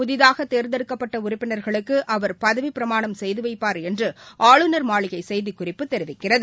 புதிதாகதேர்ந்தெடுக்கப்பட்டஉறுப்பினர்களுக்குஅவர் பதவிபிரமாணம் செய்துவைப்பார் என்றஆளுநர் மாளிகைசெய்திக்குறிப்பு தெரிவிக்கிறது